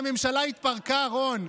יצאתם כשהממשלה התפרקה, רון.